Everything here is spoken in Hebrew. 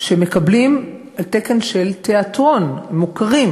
שמקבלים על תקן של תיאטרון, הם מוכרים